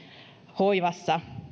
hoivassa